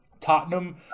Tottenham